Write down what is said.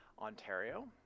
Ontario